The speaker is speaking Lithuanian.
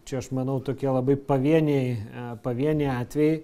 čia aš manau tokie labai pavieniai pavieniai atvejai